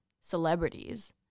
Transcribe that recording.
celebrities